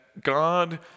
God